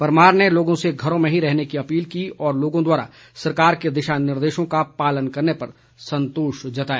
परमार ने लोगों से घरों में ही रहने की अपील की और लोगों द्वारा सरकार के दिशा निर्देशों का पालन करने पर संतोष जताया